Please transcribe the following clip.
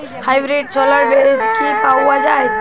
Hybrid ছোলার বীজ কি পাওয়া য়ায়?